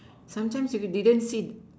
sometimes if we didn't sit